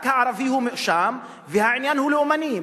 רק הערבי הוא מואשם, והעניין הוא לאומני.